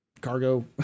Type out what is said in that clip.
cargo